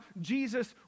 Jesus